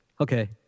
Okay